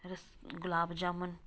ਰਸ ਗੁਲਾਬ ਜਾਮਨ